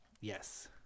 yes